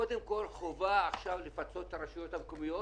קודם כול חובה עכשיו לפצות את הרשויות המקומיות